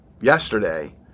yesterday